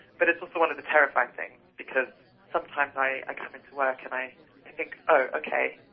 but it's also one of the terrifying things because sometimes i i come into work and i i think, oh, okay,